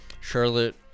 Charlotte